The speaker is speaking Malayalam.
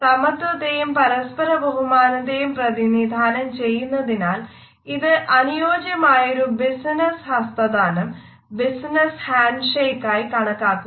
സമത്വത്തെയും പരസ്പര ബഹുമാനത്തെയും പ്രതിനിധാനം ചെയ്യുന്നതിനാൽ ഇതാണ് അനുയോജ്യമായൊരു ബിസിനസ്സ് ഹസ്തദാനമായി കണക്കാക്കുന്നത്